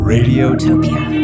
Radiotopia